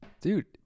dude